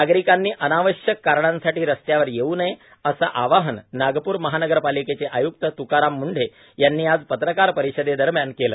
नागरिकांनी अनावश्यक कारणासाठी रस्त्यावर येऊ नये असे आवाहन नागपूर महानगरपालिकेचे आयक्त तुकाराम मुंढे यांनी आज पत्रकार परिषदेदरम्यान केलं